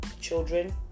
children